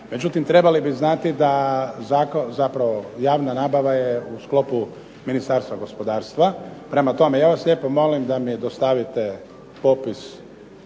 Međutim, trebali bi znati da zapravo javna nabava je u sklopu Ministarstva gospodarstva. Prema tome ja vas lijepo molim da mi dostavite popis